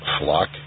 flock